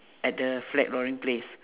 at the flag lowering place